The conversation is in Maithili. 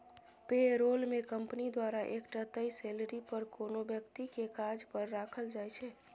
पे रोल मे कंपनी द्वारा एकटा तय सेलरी पर कोनो बेकती केँ काज पर राखल जाइ छै